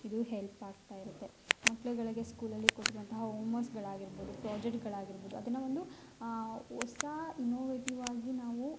ಇದು ಹೆಲ್ಪ್ ಆಗ್ತಾ ಇರುತ್ತೆ ಮಕ್ಳ್ಗಳ್ಗೆ ಸ್ಕೂಲಲ್ಲಿ ಕೊಟ್ಟಿರುವಂತಹ ಹೋಮ್ವರ್ಕ್ಸ್ಗಳು ಆಗಿರ್ಬೋದು ಪ್ರಾಜೆಕ್ಟ್ಗಳು ಆಗಿರ್ಬೋದು ಅದನ್ನ ಒಂದು ಹೊಸ ಇನೊವೇಟಿವ್ ಆಗಿ ನಾವು